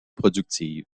productive